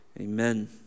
amen